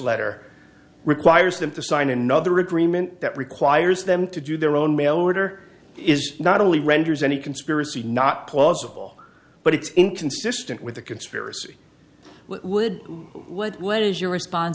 letter requires them to sign another agreement that requires them to do their own mail order is not only renders any conspiracy not plausible but it's inconsistent with the conspiracy would lead what is your response